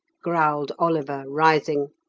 growled oliver, rising,